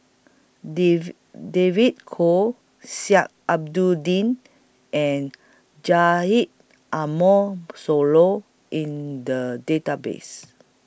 David David Kwo Sheik Alau'ddin and Haji Ambo Sooloh in The Database